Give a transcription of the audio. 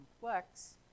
complex